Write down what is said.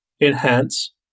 enhance